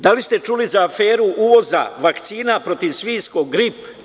Da li ste čuli za aferu uvoza vakcina protiv svinjskog gripa?